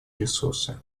ресурсы